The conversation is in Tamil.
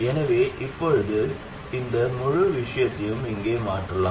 எனவே இப்போது இந்த முழு விஷயத்தையும் இங்கே மாற்றலாம்